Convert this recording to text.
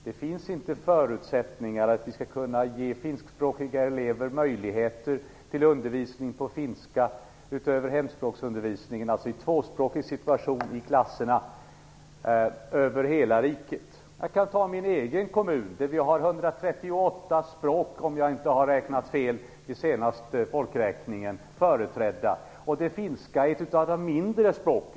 Det finns inte förutsättningar för att ge finskspråkiga elever möjligheter till undervisning på finska utöver hemspråksundervisningen, dvs. att införa tvåspråkighet i klasserna över hela riket. Jag kan som exempel ta min egen kommun. Vi hade, om jag inte har räknat fel, vid senaste folkräkningen 138 språk företrädda, och finskan är ett av de mindre språken.